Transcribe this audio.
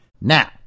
Now